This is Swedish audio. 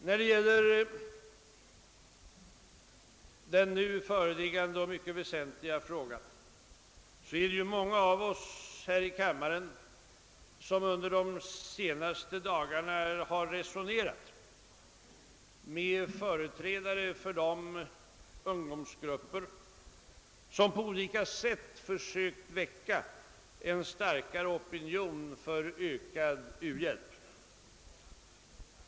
När det gäller den nu föreliggande och mycket väsentliga frågan är det många av oss här i kammaren som under de senaste dagarna har resonerat med företrädare för de ungdomsgrupper som på olika sätt försökt väcka en starkare opinion för ökad u-hjälp.